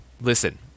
Listen